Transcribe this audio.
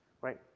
right